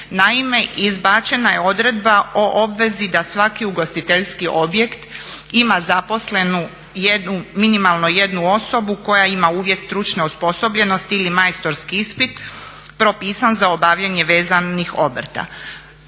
Naime, izbačena je odredba o obvezi da svaki ugostiteljski objekt ima zaposlenu minimalno jednu osobu koja ima uvjet stručne osposobljenosti ili majstorski ispit propisan za obavljanje vezanih obrta.